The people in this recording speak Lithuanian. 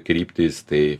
kryptys tai